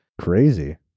crazy